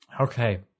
Okay